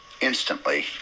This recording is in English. instantly